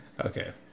okay